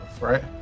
right